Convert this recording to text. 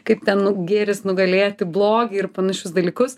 kaip ten nu gėris nugalėti blogį ir panašius dalykus